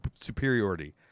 superiority